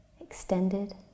extended